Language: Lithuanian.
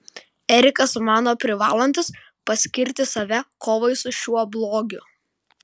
erikas mano privalantis paskirti save kovai su šiuo blogiu